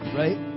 right